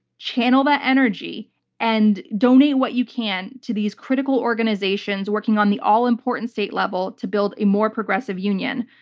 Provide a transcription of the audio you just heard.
channel that energy and donate what you can to these critical organizations working on the all-important state level to build a more progressive union.